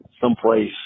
someplace